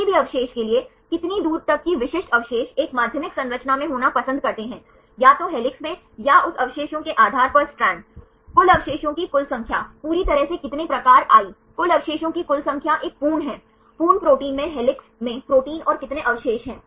किसी भी अवशेष के लिए कितनी दूर तक कि विशिष्ट अवशेष एक माध्यमिक संरचना में होना पसंद करते हैं या तो हेलिक्स में या उस अवशेषों के आधार पर स्ट्रैंड कुल अवशेषों की कुल संख्या पूरी तरह से कितने प्रकार i कुल अवशेषों की कुल संख्या एक पूर्ण है पूर्ण प्रोटीन में हेलिक्स में प्रोटीन और कितने अवशेष हैं